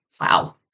Wow